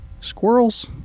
squirrels